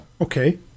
Okay